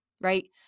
right